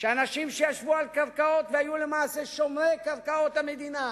שאנשים שישבו על קרקעות והיו למעשה שומרי קרקעות המדינה,